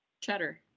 Cheddar